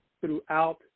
throughout